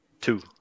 two